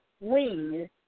wings